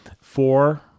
four